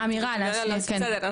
לא, בסדר.